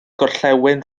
gorllewin